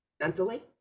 mentally